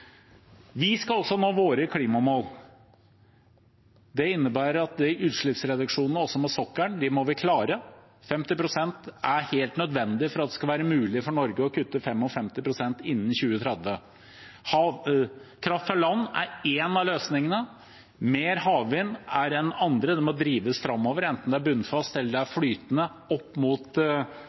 Vi skal også nå våre klimamål. Det innebærer at utslippsreduksjonene, også på sokkelen, de må vi klare. 50 pst. er helt nødvendig for at det skal være mulig for Norge å kutte 55 pst. innen 2030. Kraft fra land er én av løsningene. Mer havvind er en annen. Det må drives framover, enten det er bunnfast, eller det er flytende, opp mot